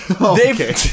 Okay